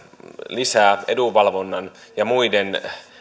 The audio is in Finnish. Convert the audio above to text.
lisää edunvalvonnan ja muiden